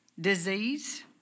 disease